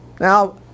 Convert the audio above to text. Now